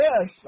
Yes